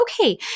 okay